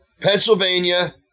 Pennsylvania